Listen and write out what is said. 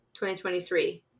2023